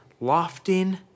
lofting